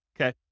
okay